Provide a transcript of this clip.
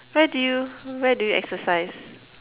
where do you where do you exercise